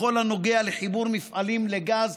בכל הנוגע לחיבור מפעלים לגז,